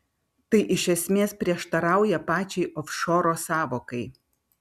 tai iš esmės prieštarauja pačiai ofšoro sąvokai